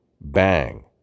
Bang